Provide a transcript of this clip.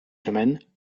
semaines